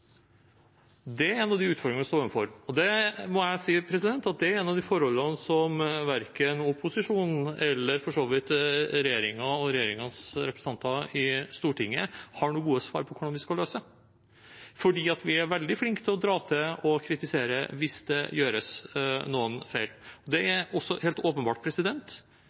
Det er en av de utfordringene vi står overfor. Jeg må si at det er et av de forholdene som verken opposisjonen eller for så vidt regjeringen og regjeringens representanter i Stortinget har noen gode svar på hvordan vi skal løse. Vi er veldig flinke til å dra til og kritisere hvis det gjøres noen feil. Det er også helt åpenbart